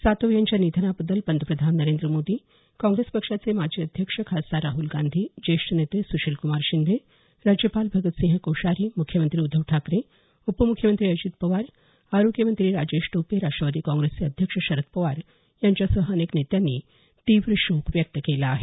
सातव यांच्या निधनाबद्दल पंतप्रधान नरेंद्र मोदी काँग्रेस पक्षाचे माजी अध्यक्ष खासदार राहल गांधी ज्येष्ठ नेते सुशीलक्मार शिंदे राज्यपाल भगतसिंह कोश्यारी मुख्यमंत्री उद्वव ठाकरे उपम्ख्यमंत्री अजीत पवार आरोग्यमंत्री राजेश टोपे राष्ट्रवादी काँग्रेसचे अध्यक्ष शरद पवार यांच्यासह अनेक नेत्यांनी तीव्र शोक व्यक्त केला आहे